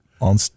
on